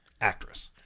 actress